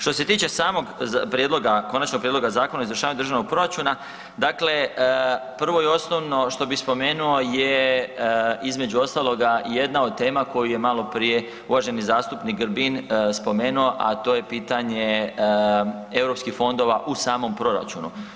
Što se tiče samog prijedloga, Konačnog prijedloga Zakona o izvršavanju državnog proračuna, dakle prvo i osnovno što bi spomenuo je između ostaloga jedna od tema koju je maloprije uvaženi zastupnik Grbin spomenuo, a to je pitanje Europskih fondova u samom proračunu.